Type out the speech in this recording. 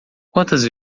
quantas